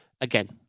again